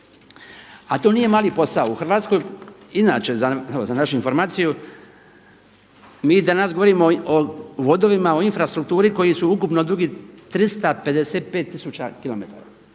A to nije mali posao u Hrvatskoj. Inače evo za našu informaciju mi danas govorimo o vodovima, o infrastrukturi koji su ukupno dugi 355 tisuća kilometara.